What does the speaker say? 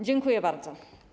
Dziękuję bardzo.